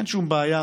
אין שום בעיה,